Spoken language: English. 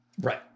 Right